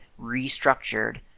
restructured